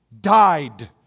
Died